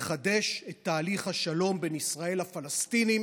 הוא יחדש את תהליך השלום בין ישראל לפלסטינים.